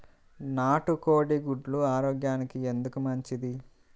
నాటు కోడి గుడ్లు ఆరోగ్యానికి ఎందుకు మంచిది?